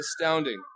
astounding